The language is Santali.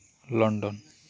ᱞᱚᱱᱰᱚᱱ